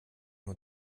nur